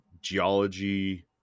geology